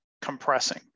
compressing